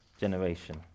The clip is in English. generation